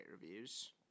reviews